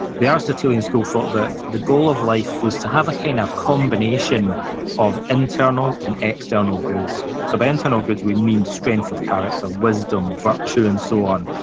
the aristotelian school thought that the goal of life was to have a kind of combination of internal and external goods. so, by internal goods we'd mean strength of character, wisdom, virtue, and so on.